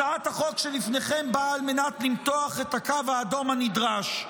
הצעת החוק שלפניכם באה על מנת למתוח את הקו האדום הנדרש.